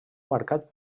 marcat